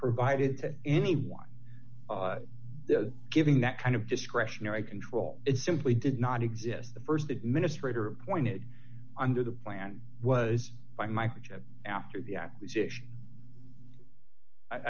provided to anyone giving that kind of discretionary control it simply did not exist the st administrator appointed under the plan was by microchip after the acquisition